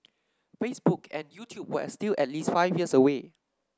Facebook and YouTube were still at least five years away